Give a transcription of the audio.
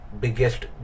biggest